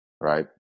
right